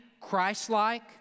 Christ-like